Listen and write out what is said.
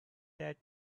that